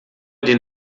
den